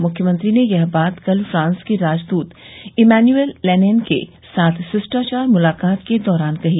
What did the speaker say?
मुख्यमत्री ने यह बात कल फ्रांस के राजदृत इमैन्युएल लेनैन के साथ शिष्टाचार मुलाकात के दौरान कही